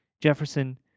Jefferson